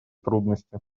трудности